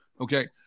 Okay